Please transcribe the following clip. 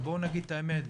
בואו נגיד את האמת,